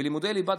ולימודי ליבה,